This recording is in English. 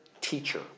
teacher